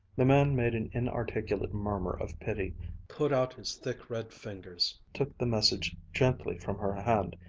the man made an inarticulate murmur of pity put out his thick red fingers, took the message gently from her hand,